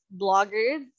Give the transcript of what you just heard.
bloggers